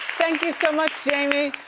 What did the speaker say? thank you so much, jamie.